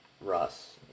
Russ